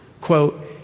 Quote